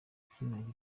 yakiniraga